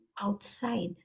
outside